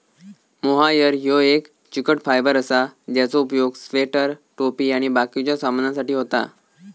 mohair ह्यो एक चिकट फायबर असा ज्याचो उपयोग स्वेटर, टोपी आणि बाकिच्या सामानासाठी होता